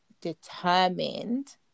determined